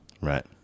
Right